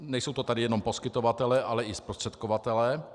Nejsou to tady jenom poskytovatelé, ale i zprostředkovatelé.